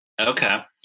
Okay